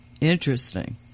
Interesting